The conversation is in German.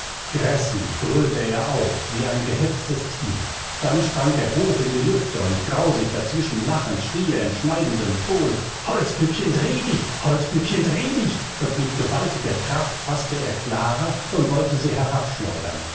gräßlich brüllte er auf wie ein gehetztes tier dann sprang er hoch in die lüfte und grausig dazwischen lachend schrie er in schneidendem ton holzpüppchen dreh dich holzpüppchen dreh dich und mit gewaltiger kraft faßte er clara und wollte sie